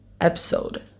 episode